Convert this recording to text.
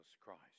Christ